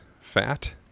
fat